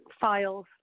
files